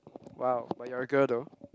!wow! but you're a girl though